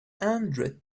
hundred